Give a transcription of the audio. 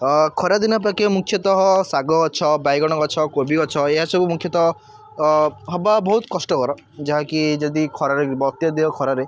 ଖରାଦିନ ଅପେକ୍ଷା ମୁଖ୍ୟତଃ ଶାଗ ଗଛ ବାଇଗଣ ଗଛ କୋବି ଗଛ ଏହା ସବୁ ମୁଖ୍ୟତଃ ହେବା ବହୁତ କଷ୍ଟକର ଯାହାକି ଯଦି ଖରାରେ ଅତ୍ୟଧିକ ଖରାରେ